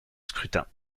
scrutins